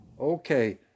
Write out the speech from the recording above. okay